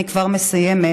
אני כבר מסיימת.